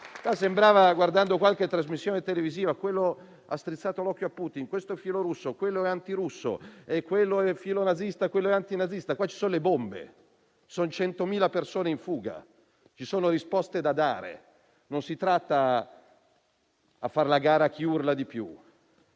al *derby;* in qualche trasmissione televisiva si diceva che quello ha strizzato l'occhio a Putin, questo è filorusso, quello è antirusso, quello è filonazista, quello è antinazista. Ci sono le bombe, ci sono 100.000 persone in fuga, ci sono risposte da dare. Non si tratta di fare la gara a chi urla di più.